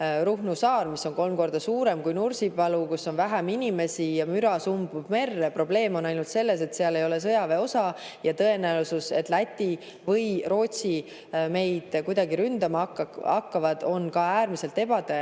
Ruhnu saar, mis on kolm korda suurem kui Nursipalu ja kus on vähem inimesi ja müra sumbub merre. Probleem on aga selles, et seal ei ole sõjaväeosa, ja tõenäosus, et Läti või Rootsi meid kuidagi ründama hakkavad, on ka äärmiselt väike.